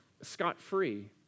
scot-free